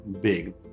big